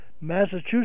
Massachusetts